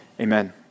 amen